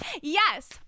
Yes